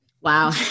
Wow